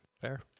fair